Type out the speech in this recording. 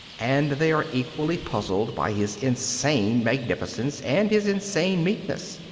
and they are equally puzzled by his insane magnificence and his insane meekness.